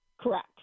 Correct